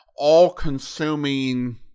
all-consuming